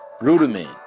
Rudiment